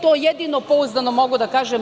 To jedino pouzdano mogu da kažem.